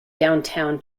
downtown